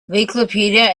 wikipedia